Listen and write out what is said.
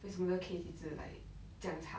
为什么那个 case 一直 like 这样长